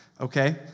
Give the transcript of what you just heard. Okay